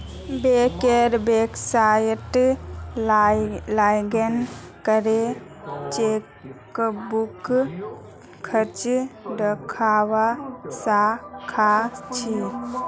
बैंकेर वेबसाइतट लॉगिन करे चेकबुक खर्च दखवा स ख छि